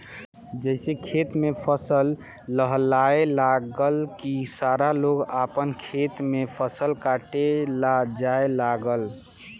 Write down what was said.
जइसे खेत में फसल लहलहाए लागल की सारा लोग आपन खेत में फसल काटे ला जाए लागल